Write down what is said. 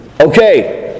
Okay